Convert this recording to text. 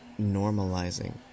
normalizing